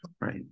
right